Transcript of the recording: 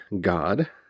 God